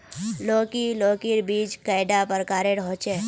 लौकी लौकीर बीज कैडा प्रकारेर होचे?